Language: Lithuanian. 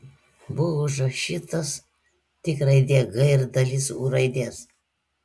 buvo užrašytos tik raidė g ir dalis u raidės